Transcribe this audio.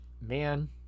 man